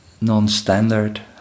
non-standard